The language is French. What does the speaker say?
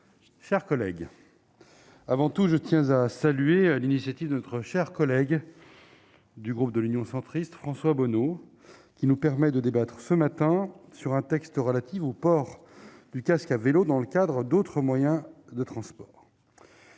chers collègues, avant tout, je tiens à saluer l'initiative de notre collègue du groupe Union Centriste, François Bonneau, qui nous permet de débattre aujourd'hui d'un texte relatif au port du casque à vélo, parmi d'autres moyens de transport.